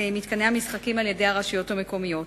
מתקני המשחקים על-ידי הרשויות המקומיות.